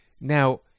Now